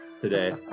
today